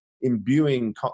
imbuing